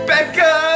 Becca